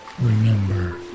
Remember